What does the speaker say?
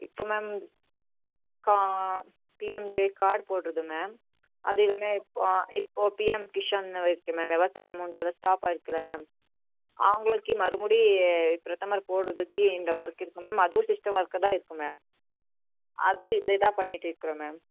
இப்போ ma'am P M J card போடுறது ma'am அது எல்லாம் இப்போது இப்போது பிஎம் கிஷான் விவசாயம் அமவுண்ட்டு ஸ்டாப் ஆகியிருக்குல்ல மேம் அவங்களுக்கு மறுபடி பிரதமர் போட்றதுக்கு இந்த ஒர்க் இருக்குது மேம் அதுவும் சிஸ்டம் ஒர்க்கு தான் இருக்குது மேம் அதுவும் இதுலேயே தான் பண்ணிட்டு இருக்கிறோம் மேம்